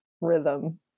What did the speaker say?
rhythm